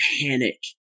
panic